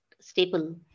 staple